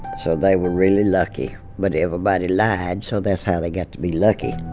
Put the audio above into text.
so they were really lucky. but everybody lied, so that's how they got to be lucky.